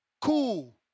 cool